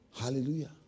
Hallelujah